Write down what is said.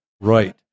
right